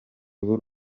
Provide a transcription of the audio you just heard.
b’u